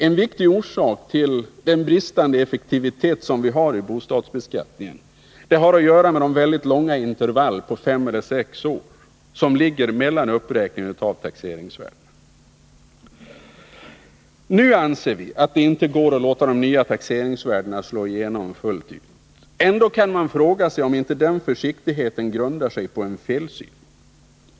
En viktig orsak till den bristande effektiviteten i bostadsbeskattningen är de långa intervallerna på fem eller sex år mellan uppräkningen av taxeringsvärdena. Nu anser vi att det inte går att låta de nya taxeringsvärdena slå igenom fullt ut. Ändock kan man fråga sig om inte den försiktigheten grundar sig på en felsyn.